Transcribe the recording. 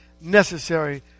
necessary